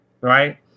right